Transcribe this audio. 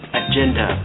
agenda